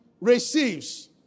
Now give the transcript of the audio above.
receives